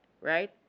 Right